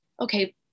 okay